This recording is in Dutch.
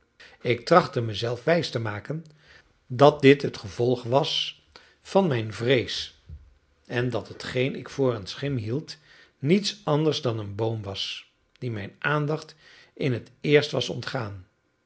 ik trachtte mezelf wijs te maken dat dit het gevolg was van mijn vrees en dat hetgeen ik voor een schim hield niets anders dan een boom was die mijn aandacht in het eerst was ontgaan